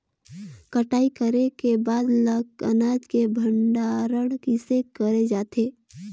कटाई करे के बाद ल अनाज के भंडारण किसे करे जाथे?